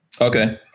Okay